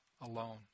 alone